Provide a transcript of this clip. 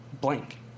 blank